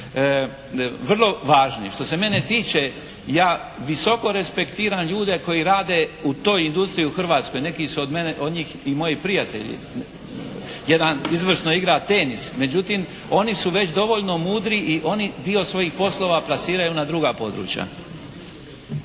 vrlo važni. Što se mene tiče ja visoko respektiram ljude koji rade u toj industriji u Hrvatskoj. Neki su od njih i moji prijatelji, jedan izvrsno igra tenis. Međutim, oni su već dovoljno mudri i oni dio svojih poslova plasiraju na druga područja.